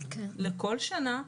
לכל שנה,